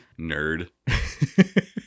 Nerd